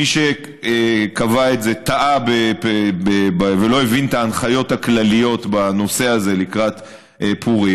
מי שקבע את זה טעה ולא הבין את ההנחיות הכלליות בנושא הזה לקראת פורים.